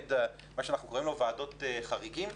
מה שאנחנו קוראים להם ועדות חריגים.